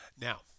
Now